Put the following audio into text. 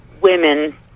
women